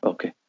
Okay